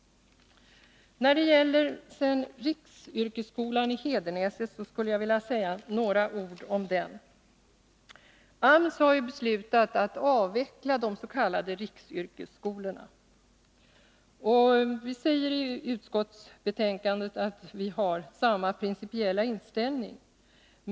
Jag skulle sedan vilja säga några ord om riksyrkesskolan i Hedenäset. AMS har ju beslutat att avveckla de s.k. riksyrkesskolorna. Vi säger i utskottsbetänkandet att vi har samma principiella inställning.